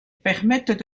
permettent